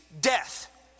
death